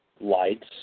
lights